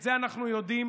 את זה אנחנו יודעים.